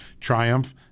triumph